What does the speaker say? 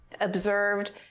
observed